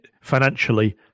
financially